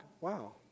Wow